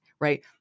right